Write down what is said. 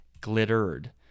glittered